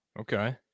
okay